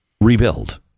rebuild